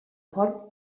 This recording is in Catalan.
port